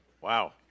Wow